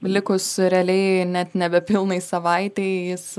likus realiai net nebepilnai savaitei jis